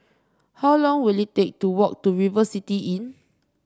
how long will it take to walk to River City Inn